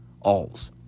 alls